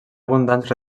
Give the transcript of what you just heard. abundants